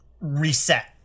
reset